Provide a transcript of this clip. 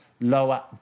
lower